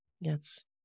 Yes